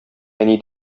әни